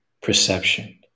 perception